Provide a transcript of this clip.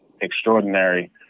extraordinary